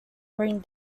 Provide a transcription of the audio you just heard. green